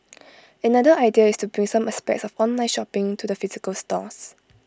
another idea is to bring some aspects of online shopping to the physical stores